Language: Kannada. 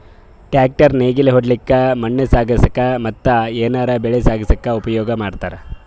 ಟ್ರ್ಯಾಕ್ಟರ್ ನೇಗಿಲ್ ಹೊಡ್ಲಿಕ್ಕ್ ಮಣ್ಣ್ ಸಾಗಸಕ್ಕ ಮತ್ತ್ ಏನರೆ ಬೆಳಿ ಸಾಗಸಕ್ಕ್ ಉಪಯೋಗ್ ಮಾಡ್ತಾರ್